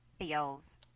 feels